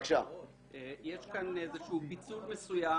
יש כאן איזה פיצול מסוים.